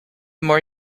more